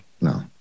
No